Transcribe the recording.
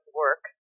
work